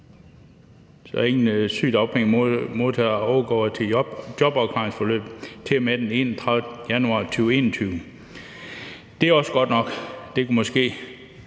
så ingen sygedagpengemodtagere overgår til jobafklaringsforløb til og med den 31. januar 2021. Det er også godt nok. Man kunne måske